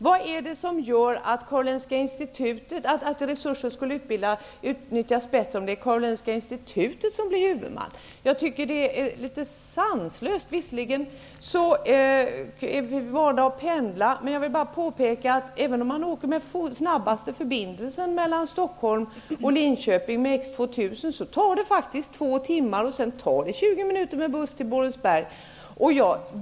Vad är det som skulle göra att resurserna utnyttjas bättre om Karolinska institutet blir huvudman? Jag tycker att det vore sanslöst. Visserligen måste man pendla, men även om man åker med snabbaste förbindelsen, X2000, mellan Stockholm och minuter med buss till Borensberg.